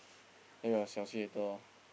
then got Xiao Xi later ah